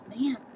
man